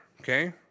okay